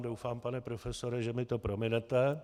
Doufám, pane profesore, že mi to prominete.